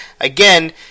again